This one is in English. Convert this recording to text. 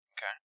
Okay